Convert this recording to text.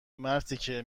مرتیکه